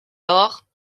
lors